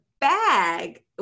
bag